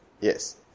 Yes